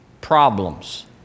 problems